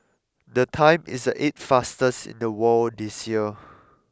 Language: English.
the time is the eighth fastest in the world this year